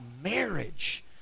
marriage